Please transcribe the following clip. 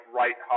right